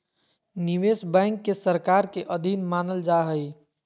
निवेश बैंक के सरकार के अधीन मानल जा हइ